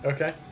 Okay